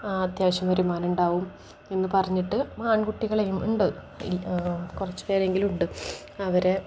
ആ അത്യാവശ്യം വരുമാനമുണ്ടാകും എന്നു പറഞ്ഞിട്ട് ആൺകുട്ടികളെയും ഉണ്ട് കുറച്ചു പേരെങ്കിലുമുണ്ട് അവരെ